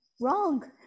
wrong